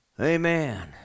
Amen